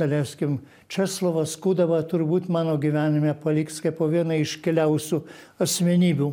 daleiskim česlovas kudaba turbūt mano gyvenime paliks kaipo viena iškiliausių asmenybių